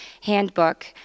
handbook